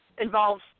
involves